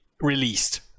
released